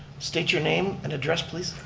state your name and address, please.